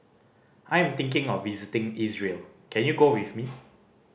I am thinking of visiting Israel can you go with me